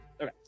Okay